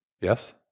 Yes